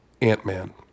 Ant-Man